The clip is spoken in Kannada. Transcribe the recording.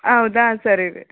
ಹೌದಾ ಸರಿ ರೀ